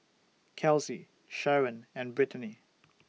Kelsey Sheron and Britany